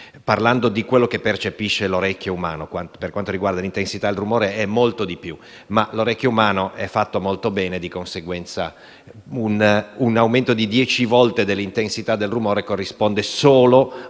parlando di quello che percepisce l'orecchio umano perché per quanto riguarda l'intensità del rumore è maggiore. Comunque, l'orecchio umano è fatto molto bene, di conseguenza un aumento di dieci volte dell'intensità del rumore corrisponde "solo" ad un